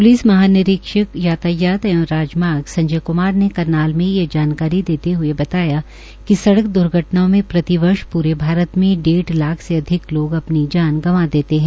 police महानिरीक्षक यातायात एवं राजमार्ग संजय क्मार ने करनाल में ये जानकारी देते हए बताया कि सड़क दूर्घटनाओं मे प्रति वर्ष प्रे भारत में डेढ़ लाख से अधिक लोग अपनी जान गंवा देते है